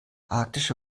arktische